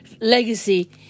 Legacy